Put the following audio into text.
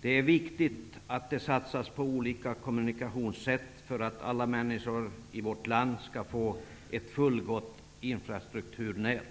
Det är viktigt att det satsas på olika kommunikationssätt för att alla människor i vårt land skall få ett fullgott infrastrukturnät.